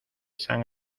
san